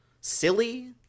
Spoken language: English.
Silly